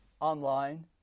online